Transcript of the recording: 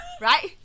Right